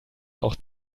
auch